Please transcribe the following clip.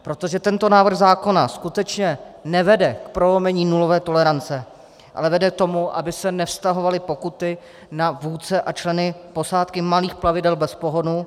Protože tento návrh zákona skutečně nevede k prolomení nulové tolerance, ale vede k tomu, aby se nevztahovaly pokuty na vůdce a členy posádky malých plavidel bez pohonu.